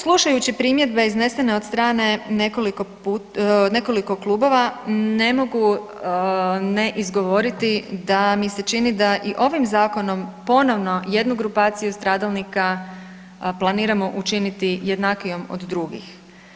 Slušajući primjedbe iznesene od strane nekoliko klubova ne mogu ne izgovoriti da mi se čini da i ovim zakonom ponovno jednu grupaciju stradalnika planiramo učiniti jednakijom od drugih.